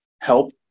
help